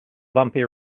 bumpy